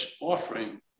offering